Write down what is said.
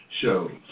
shows